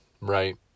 right